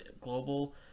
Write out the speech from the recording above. global